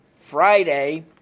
Friday